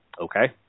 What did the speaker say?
Okay